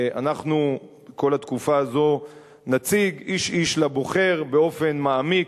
אנחנו כל התקופה הזאת נציג איש איש לבוחר באופן מעמיק,